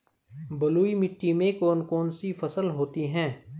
बलुई मिट्टी में कौन कौन सी फसल होती हैं?